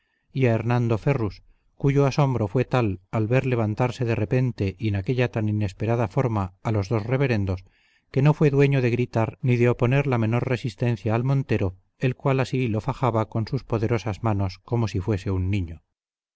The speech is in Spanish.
a hernando ferrus cuyo asombro fue tal al ver levantarse de repente y en aquella tan inesperada forma a los dos reverendos que no fue dueño de gritar ni de oponer la menor resistencia al montero el cual así lo fajaba con sus poderosas manos como si fuese un niño